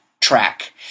track